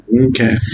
Okay